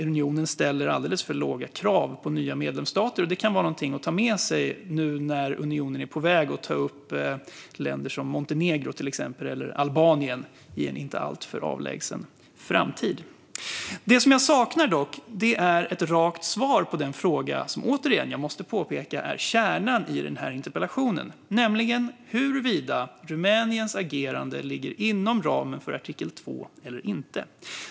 Unionen ställer alldeles för låga krav på nya medlemsstater. Det kan vara någonting att ta med sig nu när unionen är på väg att uppta länder som till exempel Montenegro eller Albanien i en inte alltför avlägsen framtid. Det som jag dock saknar är ett rakt svar på den fråga som jag återigen måste påpeka är kärnan i interpellationen. Det gäller huruvida Rumäniens agerande ligger inom ramen för artikel 2 eller inte.